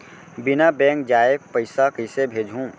बिना बैंक जाए पइसा कइसे भेजहूँ?